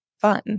fun